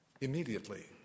immediately